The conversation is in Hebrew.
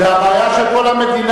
זה הבעיה של כל המדינה,